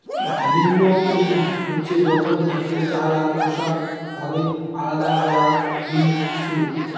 ভিন্নউইং হচ্ছে যখন ধানকে চাল আর খোসা ভাবে আলদা করান হইছু